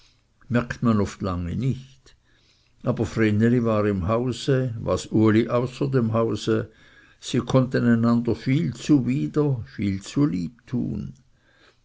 merkt man oft lange nicht aber vreneli war im hause was uli außer dem hause sie konnten einander viel zuwider viel zu lieb tun